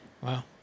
Wow